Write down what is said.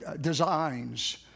designs